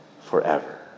forever